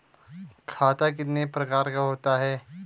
खाता कितने प्रकार का होता है?